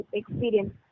experience